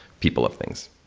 people of things.